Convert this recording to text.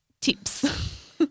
tips